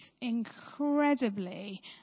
incredibly